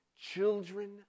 children